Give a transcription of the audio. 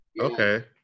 Okay